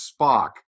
Spock